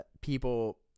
people